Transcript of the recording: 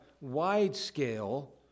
wide-scale